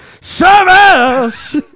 service